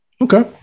Okay